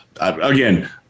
again